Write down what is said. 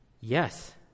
yes